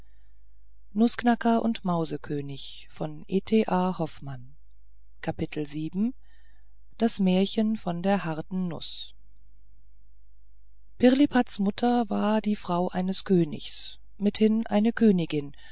das märchen von der harten nuß pirlipats mutter war die frau eines königs mithin eine königin